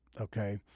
okay